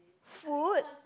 food